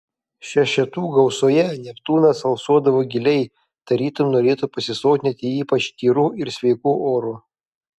šešetų gausoje neptūnas alsuodavo giliai tarytum norėtų pasisotinti ypač tyru ir sveiku oru